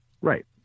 Right